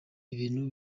ibintu